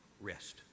rest